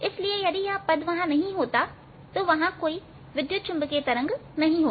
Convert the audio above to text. इसलिए यदि यह पद वहां नहीं होता है वहां कोई विद्युत चुंबकीय तरंग नहीं होगी